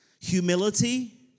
humility